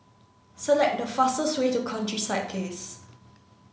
select the fastest way to countryside case